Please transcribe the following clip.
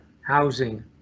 housing